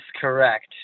correct